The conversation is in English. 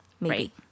Right